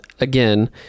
again